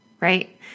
right